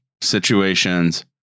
situations